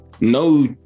no